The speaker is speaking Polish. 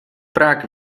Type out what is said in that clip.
brak